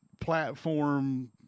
platform